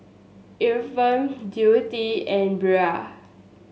Efrem Dewitt and Brea